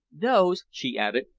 those, she added,